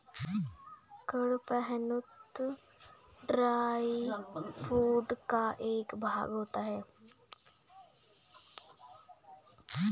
कड़पहनुत dry food का एक भाग होता है